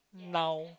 now